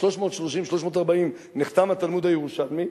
ב-340-330 נחתם התלמוד הירושלמי,